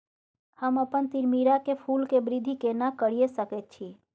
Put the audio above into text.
हम अपन तीरामीरा के फूल के वृद्धि केना करिये सकेत छी?